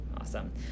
Awesome